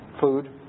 food